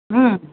ಹ್ಞೂ